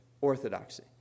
Orthodoxy